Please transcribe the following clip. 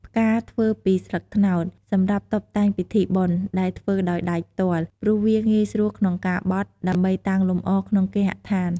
ផ្កាធ្វើពីស្លឹកត្នោត សម្រាប់តុបតែងពិធីបុណ្យ ដែលធ្វើដោយដៃផ្ទាល់ ព្រោះវាងាយស្រួលក្នុងការបត់ ដើម្បីតាំងលម្អក្នុងគេហដ្ខាន។